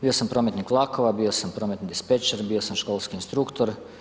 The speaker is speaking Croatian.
Bio sam prometnik vlakova, bio sam prometni dispečer, bio sam školski instruktor.